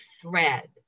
thread